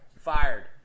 Fired